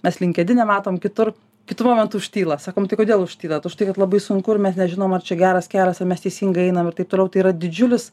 mes linkedine matom kitur kitu momentu užtyla sakom tai kodėl užtylat už tai kad labai sunku ir mes nežinom ar čia geras kelias ar mes jį teisingai einam ir taip toliau tai yra didžiulis